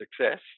success